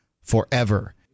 forever